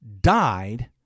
died